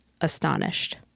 astonished